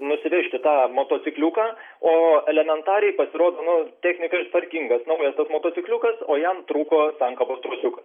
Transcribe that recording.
nusivežti tą motocikliuką o elementariai pasirodo nu technika tvarkingas naujas tas motocikliukas o jam trūko sankabos trosiukas